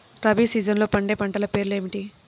రబీ సీజన్లో పండే పంటల పేర్లు ఏమిటి?